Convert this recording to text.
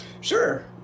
Sure